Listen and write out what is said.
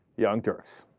young turks